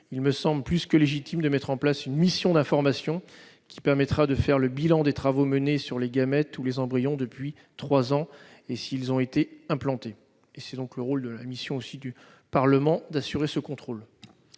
il me semble plus que légitime de mettre en place une mission d'information, qui permettra de faire le bilan des travaux menés sur les gamètes ou les embryons depuis trois ans, et de savoir s'ils ont été implantés. Après tout, c'est la mission du Parlement que d'assurer ce contrôle.